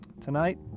Tonight